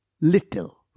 little